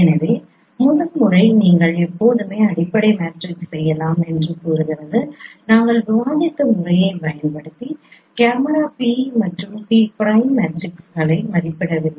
எனவே முதல் முறை நீங்கள் எப்போதுமே அடிப்படை மேட்ரிக்ஸ் செய்யலாம் என்று கூறுகிறது நாங்கள் விவாதித்த முறையைப் பயன்படுத்தி கேமரா P மற்றும் P பிரைம் மேட்ரிக்ஸ்களை மதிப்பிடவில்லை